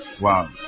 Wow